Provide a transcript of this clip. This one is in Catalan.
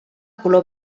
color